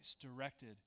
directed